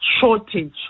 shortage